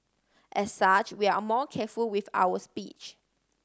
as such we are a more careful with our speech